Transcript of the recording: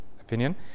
opinion